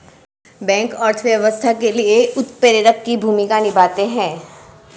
bank अर्थव्यवस्था के लिए उत्प्रेरक की भूमिका निभाते है